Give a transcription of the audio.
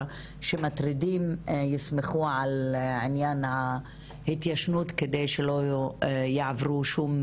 שמטרידים יסמכו על עניין ההתיישנות על מנת שלא יעברו שום